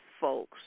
folks